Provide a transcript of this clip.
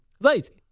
Lazy